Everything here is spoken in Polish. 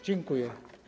Dziękuję.